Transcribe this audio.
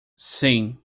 sim